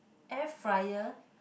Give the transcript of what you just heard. air fryer